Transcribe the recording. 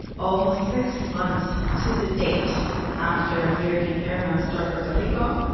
almost six months to the date after hurricane irma struck puerto rico,